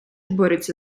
борються